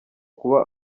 kuba